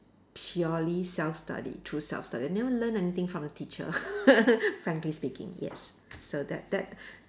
purely self study through self study I never learn anything from the teacher frankly speaking yes so that that